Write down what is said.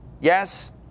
Yes